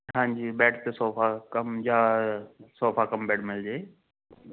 ਹਾਂਜੀ ਬੈੱਡ ਤੇ sofa cum ਜਾਂ ਸੋਫਾ ਕੱਮ ਬੈੱਡ ਮਿਲਜੇ